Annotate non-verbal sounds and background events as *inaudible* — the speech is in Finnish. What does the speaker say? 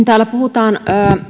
*unintelligible* täällä puhutaan